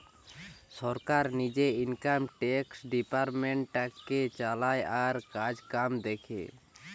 সরকার নিজে income tax ডিপার্টমেন্টটাকে চালায় আর কাজকাম দেখে